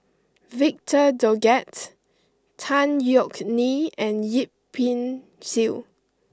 Victor Doggett Tan Yeok Nee and Yip Pin Xiu